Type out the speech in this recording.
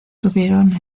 tuvieron